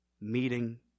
meeting